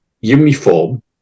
uniform